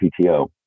PTO